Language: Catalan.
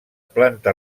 planta